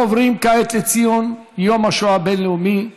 אנחנו עוברים כעת לציון יום השואה הבין-לאומי,